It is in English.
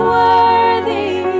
worthy